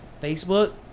Facebook